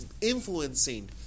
influencing